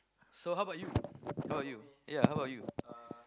so how about you how about you ya how about you